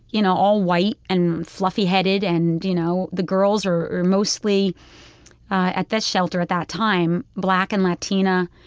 you know, all white and fluffy-headed and, you know, the girls are are mostly at that shelter at that time black and latina,